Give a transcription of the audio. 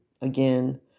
again